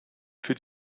für